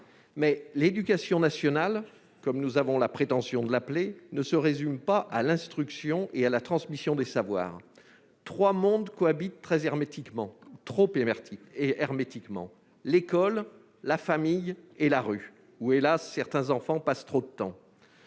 Mais l'éducation nationale, comme nous avons la prétention de l'appeler, ne se résume pas à l'instruction et à la transmission des savoirs. Trois mondes cohabitent trop hermétiquement : l'école, la famille et la rue, où hélas ! certains enfants passent trop de temps.